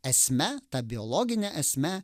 esme ta biologine esme